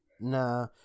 Nah